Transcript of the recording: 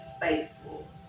faithful